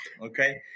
okay